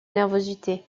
nervosité